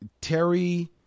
terry